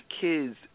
kids